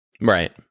Right